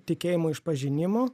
tikėjimo išpažinimo